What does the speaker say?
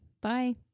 Bye